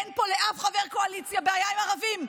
אין פה לאף חבר קואליציה בעיה עם ערבים.